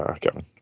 Kevin